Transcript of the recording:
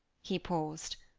he paused.